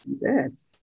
Yes